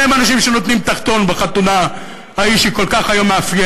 הם אלה האנשים שנותנים את הטון בחתונה ההיא שהיום כל כך מאפיינת.